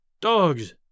dogs